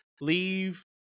leave